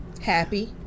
Happy